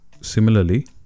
similarly